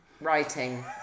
writing